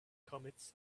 commits